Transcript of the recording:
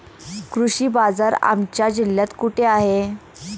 कृषी बाजार आमच्या जिल्ह्यात कुठे आहे?